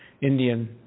Indian